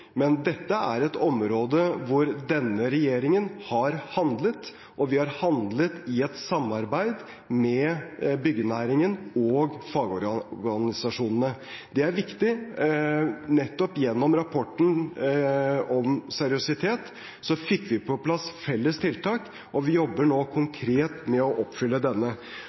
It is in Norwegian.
men dette er et område hvor denne regjeringen har handlet, og vi har handlet i samarbeid med byggenæringen og fagorganisasjonene. Det er viktig. Gjennom rapporten om seriøsitet fikk vi på plass felles tiltak, og vi jobber nå konkret med å oppfylle denne.